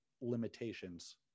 limitations